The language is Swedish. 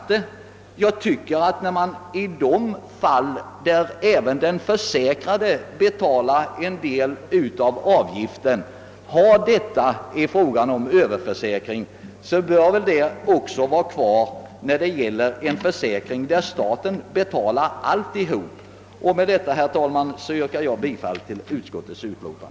Då bestämmelsen om överförsäkring gäller i de fall då den försäkrade själv betalar en del av avgiften, bör den väl också gälla då staten betalar alltihop. Med det sagda yrkar jag, herr talman, bifall till statsutskottets hemställan.